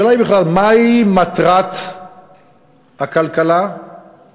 הראשונה שבהן היא מטעם סיעת העבודה: ממשלה שפוגעת בשלטון המקומי,